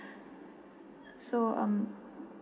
so um